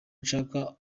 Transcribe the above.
nshaka